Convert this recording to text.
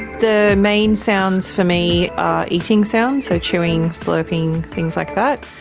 the main sounds for me are eating sounds, so chewing, slurping, things like that.